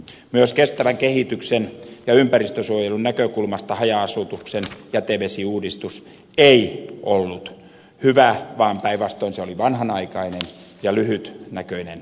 myös kestävän kehityksen ja ympäristönsuojelun näkökulmasta haja asutuksen jätevesiuudistus ei ollut hyvä vaan päinvastoin se oli vanhanaikainen ja lyhytnäköinen linjaus